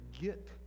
get